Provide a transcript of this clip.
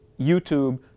YouTube